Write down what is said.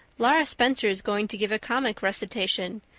laura spencer is going to give a comic recitation,